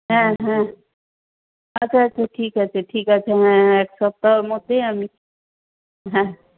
হ্যাঁ হ্যাঁ আচ্ছা আচ্ছা ঠিক আছে ঠিক আছে হ্যাঁ এক সপ্তাহের মধ্যেই আমি হ্যাঁ